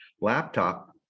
laptop